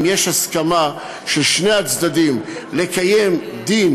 אם יש הסכמה של שני הצדדים לקיים דין